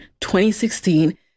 2016